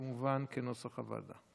כמובן, בנוסח הוועדה.